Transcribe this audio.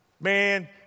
Man